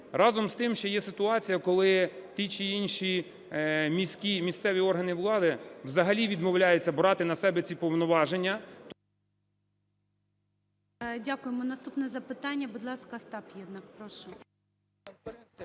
Разом з тим, ще є ситуація, коли ті чи інші міські і місцеві органи влади взагалі відмовляються брати на себе ці повноваження… ГОЛОВУЮЧИЙ. Дякуємо. Наступне запитання, будь ласка, Остап Єднак, прошу.